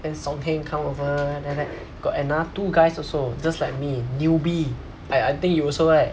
then song heng come out first then after that got another two guys also just like me newbie I I think you also right